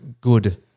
good